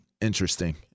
interesting